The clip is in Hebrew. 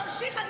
תמשיך.